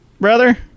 brother